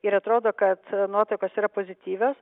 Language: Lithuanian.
ir atrodo kad nuotaikos yra pozityvios